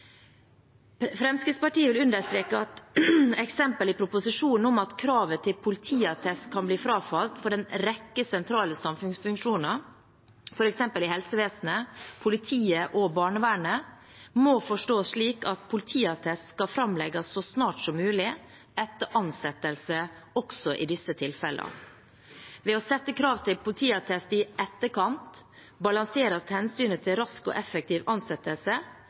Fremskrittspartiet vil understreke at eksempel i proposisjonen om at kravet til politiattest kan bli frafalt for en rekke sentrale samfunnsfunksjoner, f.eks. i helsevesenet, politiet og barnevernet, må forstås slik at politiattest skal framlegges så snart som mulig etter ansettelse også i disse tilfellene. Ved å sette krav til politiattest i etterkant balanseres hensynet til rask og effektiv ansettelse